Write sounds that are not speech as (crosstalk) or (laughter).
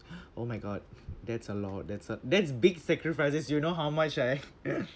(noise) oh my god that's a lot that's a that's big sacrifices you know how much I (laughs)